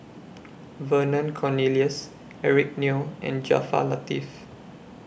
Vernon Cornelius Eric Neo and Jaafar Latiff